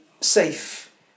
safe